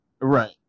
Right